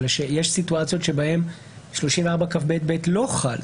יש סיטואציות בהן 34כב(ב) לא חל.